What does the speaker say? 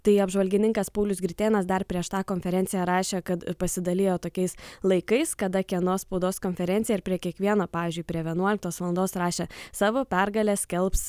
tai apžvalgininkas paulius gritėnas dar prieš tą konferenciją rašė kad pasidalijo tokiais laikais kada kieno spaudos konferencija ir prie kiekvieno pavyzdžiui prie vienuoliktos valandos rašė savo pergalę skelbs